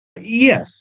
Yes